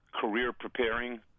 career-preparing